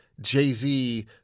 jay-z